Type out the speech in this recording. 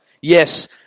Yes